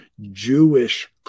Jewish